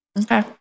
Okay